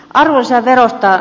arvonlisäverosta